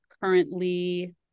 currently